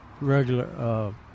regular